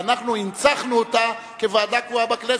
ואנחנו הנצחנו אותה כוועדה קבועה בכנסת.